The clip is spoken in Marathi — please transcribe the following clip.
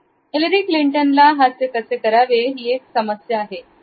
हिलरी क्लिंटन ला हास्य कसे करावे एक समस्या आहे